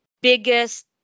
biggest